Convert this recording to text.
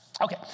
Okay